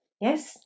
Yes